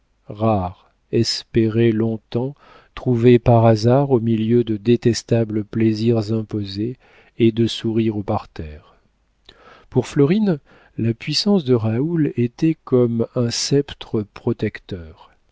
rare espéré longtemps trouvé par hasard au milieu de détestables plaisirs imposés et de sourires au parterre pour florine la puissance de raoul était comme un sceptre protecteur